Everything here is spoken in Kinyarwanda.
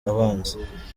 abanza